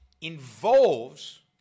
involves